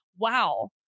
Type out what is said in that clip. wow